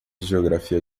geografia